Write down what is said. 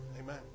Amen